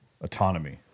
autonomy